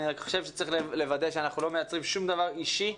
אני רק חושב שצריך לוודא שאנחנו לא מייצרים שום דבר אישי.